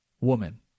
woman